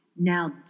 Now